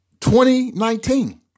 2019